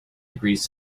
degrees